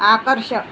आकर्षक